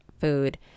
food